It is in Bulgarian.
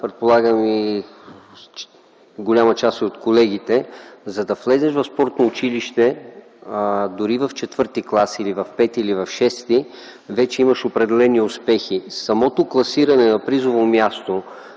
предполагам и голяма част от колегите, за да влезеш в спортно училище дори в 4, 5 или 6 клас, вече имаш определени успехи. Самото класиране на призово място